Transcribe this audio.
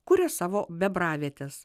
kuria savo bebravietes